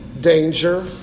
danger